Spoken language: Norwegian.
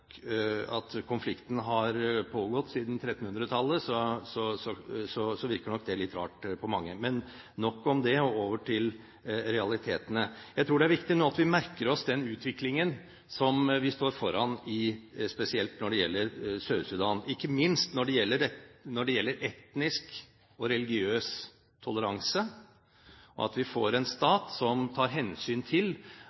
konflikten har pågått siden 1300-tallet, virker det nok litt rart på mange. Men nok om det og over til realitetene. Jeg tror det er viktig nå at vi merker oss den utviklingen som vi står foran spesielt i Sør-Sudan, ikke minst når det gjelder etnisk og religiøs toleranse, og at vi får en